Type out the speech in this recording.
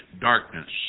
darkness